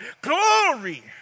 glory